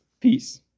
Peace